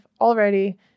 already